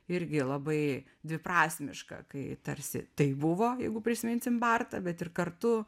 irgi labai dviprasmišką kai tarsi tai buvo jeigu prisiminsim bartą bet ir kartu